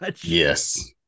yes